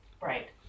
Right